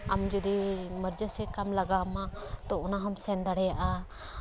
ᱟᱢ ᱡᱩᱫᱤ ᱮᱢᱟᱨᱡᱮᱱᱥᱤ ᱠᱟᱢ ᱞᱟᱜᱟᱣ ᱟᱢᱟ ᱛᱚ ᱚᱱᱟ ᱦᱚᱢ ᱥᱮᱱ ᱫᱟᱲᱮᱭᱟᱜᱼᱟ